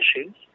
issues